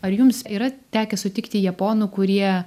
ar jums yra tekę sutikti japonų kurie